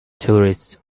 tourists